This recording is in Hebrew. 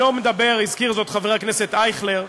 אני לא מדבר, הזכיר זאת חבר הכנסת אייכלר,